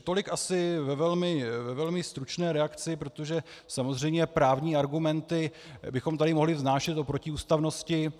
Tolik asi ve velmi stručné reakci, protože samozřejmě právní argumenty bychom tady mohli vznášet o protiústavnosti.